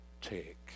take